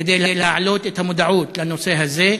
כדי להעלות את המודעות לנושא הזה.